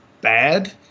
bad